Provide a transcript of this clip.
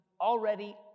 already